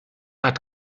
hat